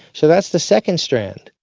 so that's the second strand.